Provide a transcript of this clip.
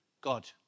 God